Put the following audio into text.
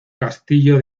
castillo